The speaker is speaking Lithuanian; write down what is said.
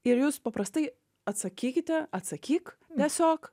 ir jūs paprastai atsakykite atsakyk tiesiog